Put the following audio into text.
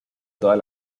todas